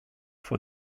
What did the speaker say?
for